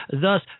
thus